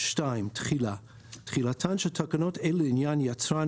תחילה 2. תחילתן של תקנות אלה לעניין יצרן